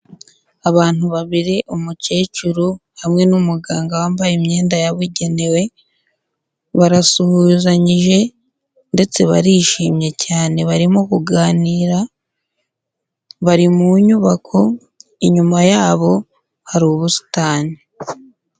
Abantu babiri umukecuru hamwe n'umuganga wambaye imyenda yabugenewe, barasuhuzanyije ndetse barishimye cyane, barimo kuganira bari mu nyubako, inyuma yabo hari ubusitani.